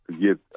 get